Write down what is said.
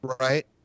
right